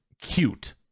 cute